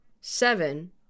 Seven